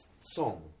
song